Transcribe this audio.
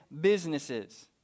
businesses